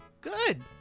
Good